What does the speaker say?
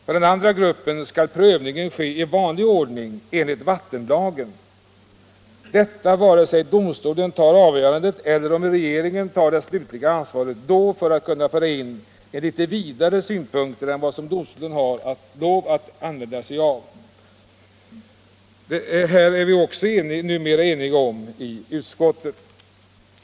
För den andra gruppen skall prövningen ske i vanlig ordning enligt vattenlagen, detta vare sig domstolen fattar avgörandet eller om regeringen tar det slutliga ansvaret — då för att kunna föra in litet vidare synpunkter på frågan än vad domstolen har lov att använda sig av. Detta är vi numera också eniga om i utskottet.